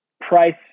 price